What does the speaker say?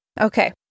Okay